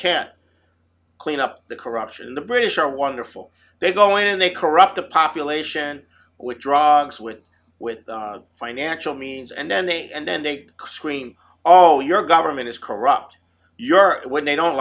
can't clean up the corruption the british are wonderful they go in they corrupt the population with drugs which with financial means and then they and then date scream oh your government is corrupt your when they don't